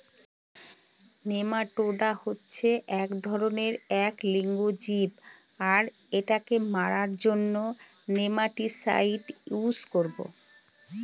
nematoda হচ্ছে এক ধরনের এক লিঙ্গ জীব আর এটাকে মারার জন্য নেমাটিসাইড ইউস করবো